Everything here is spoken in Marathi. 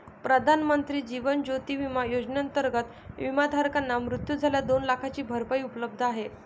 प्रधानमंत्री जीवन ज्योती विमा योजनेअंतर्गत, विमाधारकाचा मृत्यू झाल्यास दोन लाखांची भरपाई उपलब्ध आहे